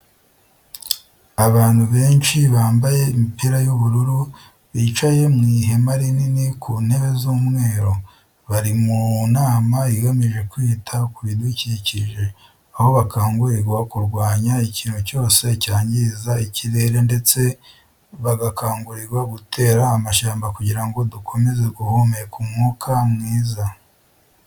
Abantu benshi bambaye imipira y'ubururu, bicaye mu ihema rinini ku ntebe z'umweru. Bari mu nama igamije kwita ku bidukikije, aho bakangurirwa kurwanya ikintu cyose cyangiza ikirere ndetse bagakangurirwa gutera amashyamba kugirango dukomeze guhumeka umwuka mwiza.